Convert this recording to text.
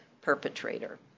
perpetrator